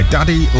Daddy